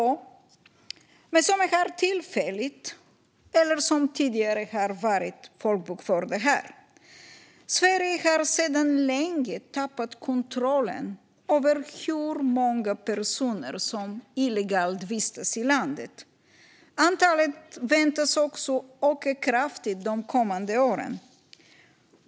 Det är människor som är här tillfälligt eller som tidigare varit folkbokförda här. Sverige har sedan länge tappat kontrollen över hur många personer som illegalt vistas i landet. Antalet väntas också öka kraftigt de kommande åren.